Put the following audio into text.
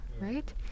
right